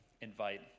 invite